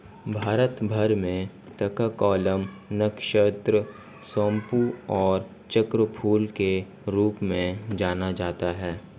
भारत भर में तककोलम, नक्षत्र सोमपू और चक्रफूल के रूप में जाना जाता है